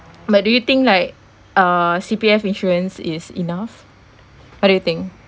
but do you think like err C_P_F insurance is enough what do you think